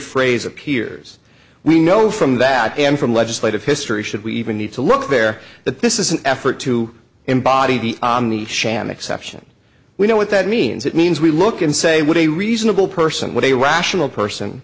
phrase appears we know from that and from legislative history should we even need to look there that this is an effort to embody the sham exception we know what that means it means we look and say what a reasonable person would a rational person